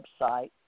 website